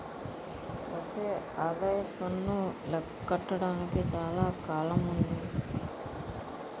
ఒసే ఆదాయప్పన్ను లెక్క కట్టడానికి చాలా కాలముందే